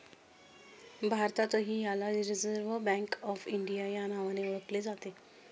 भारतातही याला reserve bank of India या नावाने ओळखले जाते